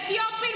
אתיופים,